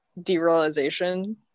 derealization